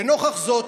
לנוכח זאת,